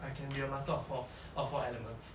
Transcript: I can be a master of four all four elements